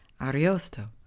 ariosto